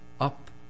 Up